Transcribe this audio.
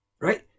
right